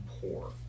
poor